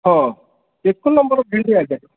ହଁ ଏକ ନମ୍ବର ଭେଣ୍ଡି ଆଜ୍ଞା